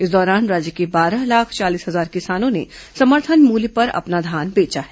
इस दौरान राज्य के बारह लाख चालीस हजार किसानों ने समर्थन मूल्य पर अपना धान बेचा है